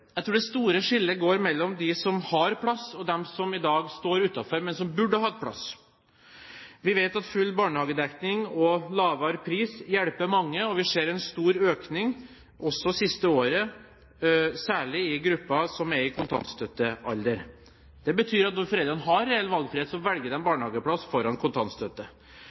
Jeg tror det store skillet går mellom dem som har plass, og dem som i dag står utenfor, men som burde hatt plass. Vi vet at full barnehagedekning og lavere pris hjelper mange, og vi ser en stor økning også siste året, særlig i gruppen som er i kontantstøttealder. Det betyr at når foreldrene har reell valgfrihet, velger de barnehageplass foran kontantstøtte.